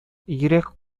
йөрәк